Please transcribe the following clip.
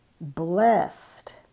blessed